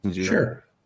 Sure